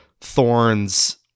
Thorn's